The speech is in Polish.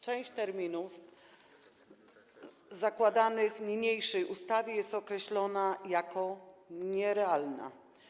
Część terminów zakładanych w niniejszej ustawie jest określana jako nierealna.